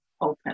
open